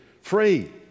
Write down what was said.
free